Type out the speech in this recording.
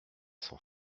sans